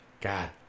God